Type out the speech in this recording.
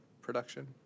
production